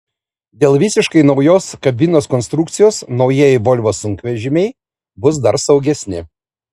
dėl visiškai naujos kabinos konstrukcijos naujieji volvo sunkvežimiai bus dar saugesni